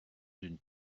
d’une